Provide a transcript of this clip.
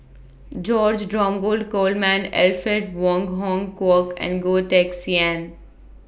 George Dromgold Coleman Alfred Wong Hong Kwok and Goh Teck Sian